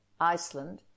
Iceland